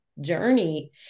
journey